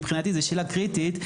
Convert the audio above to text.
מבחינתי זו שאלה קריטית.